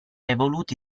evoluti